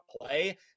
play